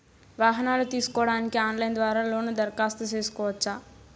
వాహనాలు తీసుకోడానికి ఆన్లైన్ ద్వారా లోను దరఖాస్తు సేసుకోవచ్చా?